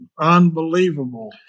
Unbelievable